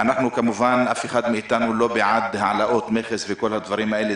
כמובן אף אחד מאיתנו לא בעד העלאות מכס וכל הדברים האלה,